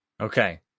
Okay